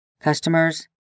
Customers